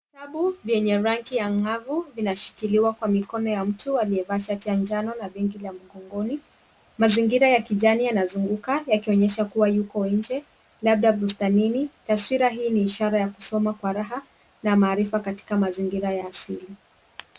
Vitabu vyenye rangi angavu vinashikiliwa kwa mikono ya mtu aliyevaa shati ya njano na begi ya mgongoni. Mazingira ya kijani yanazunguka yakionyesha kuwa yuko nje labda bustanini. Taswira hii ni ishara ya kusoma kwa raha na maarifa katika mazingira ya asili.